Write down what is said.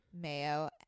Mayo